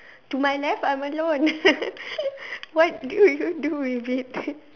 to my left I'm alone what do you do with it